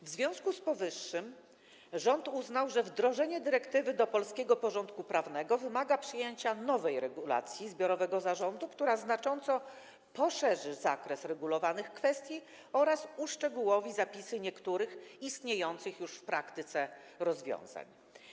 W związku z powyższym rząd uznał, że wdrożenie dyrektywy do polskiego porządku prawnego wymaga przyjęcia nowej regulacji zbiorowego zarządu, która znacząco poszerzy zakres regulowanych kwestii oraz uszczegółowi zapisy niektórych istniejących już w praktyce rozwiązań.